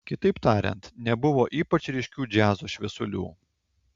kitaip tariant nebuvo ypač ryškių džiazo šviesulių